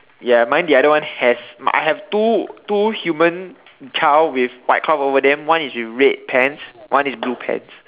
ya mine the other one has I have two two human child with white cloth over them one is with red pants one is blue pants